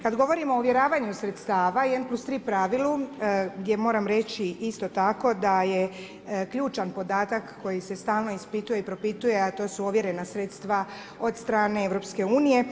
Kada govorimo o uvjeravanju sredstava 1+3 pravilu gdje moram reći isto tako da je ključan podatak koji se stalno ispituje i propituje a to su ovjerena sredstva od strane EU.